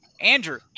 Andrew